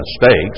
mistakes